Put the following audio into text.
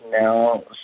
now